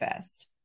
first